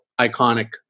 iconic